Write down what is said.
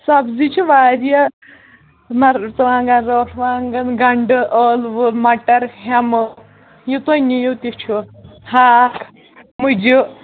سَبزی چھِ واریاہ مَرژٕ وانٛگَن رۄپھ وانٛگَن گَنٛڈٕ ٲلوٕ مَٹر ہیٚمہٕ یہِ تُہۍ نِیو تہِ چھُ ہاکھ مُجہِ